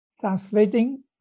translating